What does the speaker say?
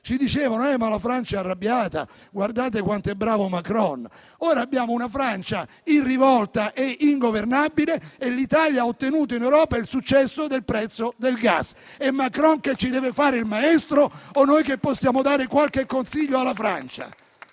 ci dicevano: sì, la Francia è arrabbiata, ma guardate quanto è bravo Macron. Ora abbiamo una Francia in rivolta e ingovernabile e l'Italia ha ottenuto in Europa il successo del prezzo del gas: è Macron che deve fare il maestro con noi o noi che possiamo dare qualche consiglio alla Francia?